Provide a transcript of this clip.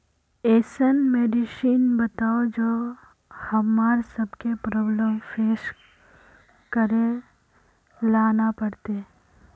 ऐसन मेडिसिन बताओ जो हम्मर सबके प्रॉब्लम फेस करे ला ना पड़ते?